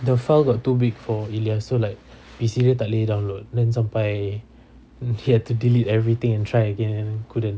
the file got too big for ilyas so like P_C dia tak boleh download then sampai dia have to delete everything and try again couldn't